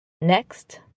Next